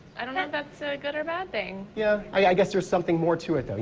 i don't know if that's a good or bad thing. yeah i yeah guess there is something more to it.